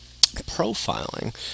profiling